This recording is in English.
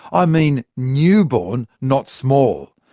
i mean newborn, not small.